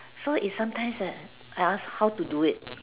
so is sometime that I ask how to do it